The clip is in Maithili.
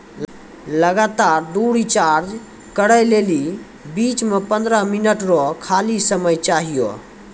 लगातार दु रिचार्ज करै लेली बीच मे पंद्रह मिनट रो खाली समय चाहियो